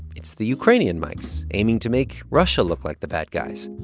it's the ukrainian mics aiming to make russia look like the bad guys,